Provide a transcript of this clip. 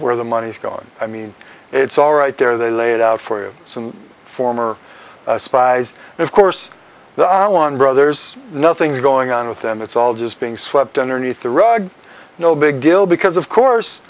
where the money's gone i mean it's all right there they lay it out for some former spies and of course the hour on brothers nothing's going on with them it's all just being swept underneath the rug no big deal because of course